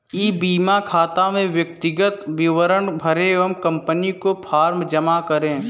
ई बीमा खाता में व्यक्तिगत विवरण भरें व कंपनी को फॉर्म जमा करें